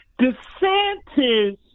DeSantis